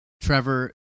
Trevor